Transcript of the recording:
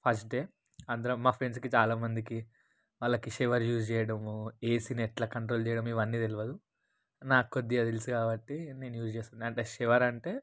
first day అందరం మా ఫ్రెండ్స్కి చాలా మందికి వాళ్ళకి షవర్ యూజ్ చేయడము ఏసీని ఎట్లా కంట్రోల్ చేయడము ఇవన్నీ తెలవదు నాకొద్దిగా తెలుసు కాబట్టి నేను యూజ్ చేస్తున్న అంటే షవరంటే